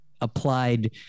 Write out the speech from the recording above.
applied